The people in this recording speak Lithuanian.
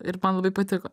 ir man labai patiko